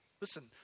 Listen